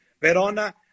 Verona